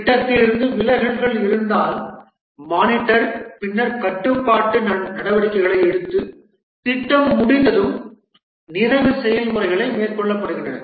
திட்டத்திலிருந்து விலகல்கள் இருந்தால் மானிட்டர் பின்னர் கட்டுப்பாட்டு நடவடிக்கைகளை எடுத்து திட்டம் முடிந்ததும் நிறைவு செயல்முறைகள் மேற்கொள்ளப்படுகின்றன